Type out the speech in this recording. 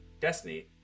Destiny